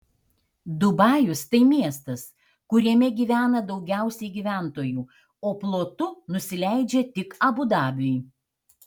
dubajus tai miestas kuriame gyvena daugiausiai gyventojų o plotu nusileidžia tik abu dabiui